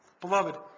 Beloved